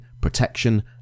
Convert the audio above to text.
Protection